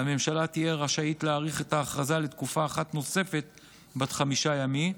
והממשלה תהיה רשאית להאריך את ההכרזה לתקופה אחת נוספת בת חמישה ימים.